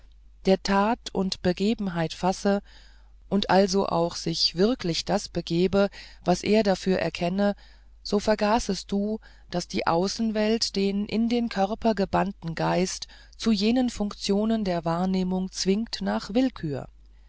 der tat und begebenheit fasse und daß also auch sich wirklich das begeben was er dafür anerkenne so vergaßest du daß die außenwelt den in den körper gebannten geist zu jenen funktionen der wahrnehmung zwingt nach willkür